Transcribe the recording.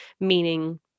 meaning